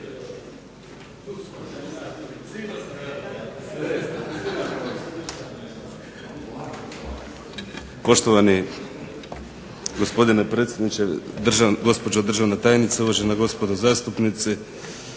Poštovani gospodine predsjedniče, gospođo državna tajnice, uvažena gospodo zastupnici.